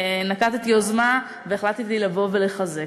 ונקטתי יוזמה והחלטתי לבוא ולחזק.